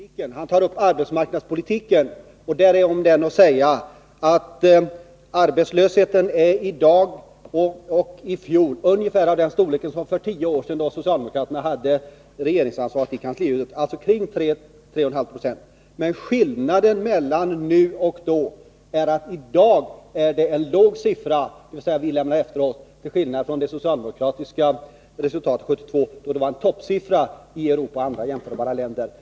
Fru talman! Bo Nilsson kan alltså inte ge ett enda exempel som gäller regionalpolitiken, utan hämtar exemplen från arbetsmarknadspolitiken. Om den kan sägas att arbetslösheten i dag, liksom den var i fjol, är av ungefär samma storlek som för tio år sedan, då socialdemokraterna hade regeringsansvaret i kanslihuset, nämligen kring 3,5 20. Skillnaden mellan nu och då är att det var en låg siffra som vi lämnade efter oss, medan det socialdemokratiska resultatet 1972 var en toppsiffra i förhållande till läget i Europa och andra jämförbara länder.